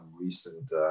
recent